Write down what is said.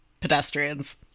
pedestrians